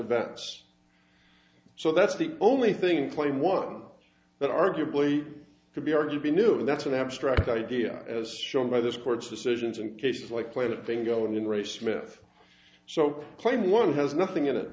events so that's the only thing playing one that arguably could be argued be new that's an abstract idea as shown by this court's decisions in cases like planet thing going in ray smith so claim one has nothing in it